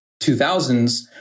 2000s